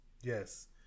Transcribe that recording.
Yes